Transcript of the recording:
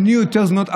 והן נהיו יותר זמינות.